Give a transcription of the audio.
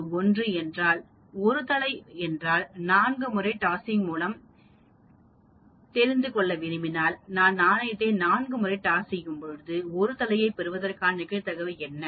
k 1 என்றால் 1 தலை என்றால் 4 முறை டாஸிங் மூலம் நீங்கள் தெரிந்து கொள்ள விரும்பினால் நான் நாணயத்தை 4 முறை டாஸ் செய்யும் போது 1 தலையைப் பெறுவதற்கான நிகழ்தகவு என்ன